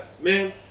man